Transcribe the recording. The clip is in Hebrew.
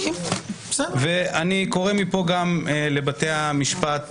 אני קורא מפה גם לבתי המשפט